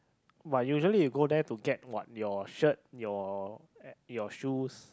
but you usually go there to get what your shirt your your shoes